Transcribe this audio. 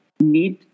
need